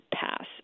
pass